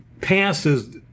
passes